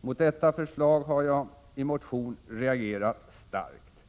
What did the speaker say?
Mot detta förslag har jag — i en motion — reagerat starkt.